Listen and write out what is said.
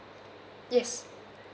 yes